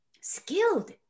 skilled